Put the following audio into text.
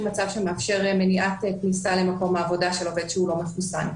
מצב שמאפשר מניעת כניסה למקום העבודה של עובד שהוא לא מחוסן.